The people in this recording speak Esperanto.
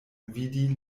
vidi